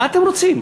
מה אתם רוצים?